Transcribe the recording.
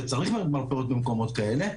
וצריך מרפאות במקומות כאלה,